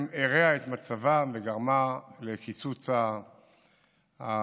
הרעה את מצבם וגרמה לקיצוץ המענקים